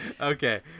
Okay